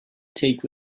take